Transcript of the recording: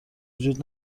وجود